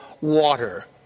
water